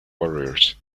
warriors